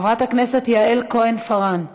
חברת הכנסת יעל כהן-פארן,